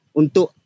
untuk